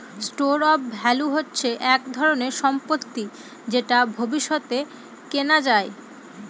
store of value হচ্ছে এক ধরনের সম্পত্তি যেটা ভবিষ্যতে কেনা যায়